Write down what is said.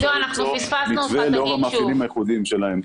אפשר למצוא מתווה לאור המאפיינים הייחודיים שלהם.